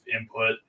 input